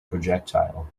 projectile